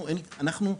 אנחנו,